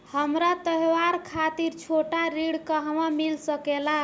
हमरा त्योहार खातिर छोटा ऋण कहवा मिल सकेला?